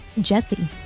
jesse